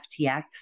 FTX